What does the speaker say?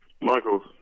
Michael